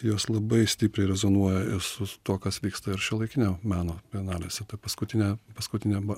jos labai stipriai rezonuoja ir su tuo kas vyksta ir šiuolaikinio meno bienalėse tai paskutinę paskutinę ba